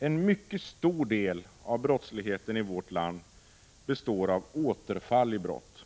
En mycket stor del av brottsligheten i vårt land utgörs av återfall i brott.